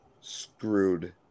screwed